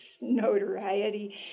notoriety